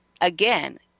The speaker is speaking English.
Again